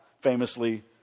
famously